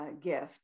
gift